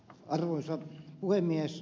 arvoisa puhemies